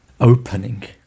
opening